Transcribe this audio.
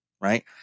right